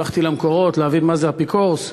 הלכתי למקורות להבין מה זה אפיקורס,